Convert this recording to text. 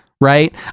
Right